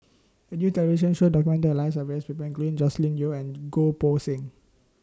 A New television Show documented The Lives of various People including Joscelin Yeo and Goh Poh Seng